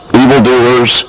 evildoers